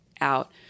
out